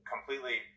completely